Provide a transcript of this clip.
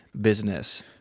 business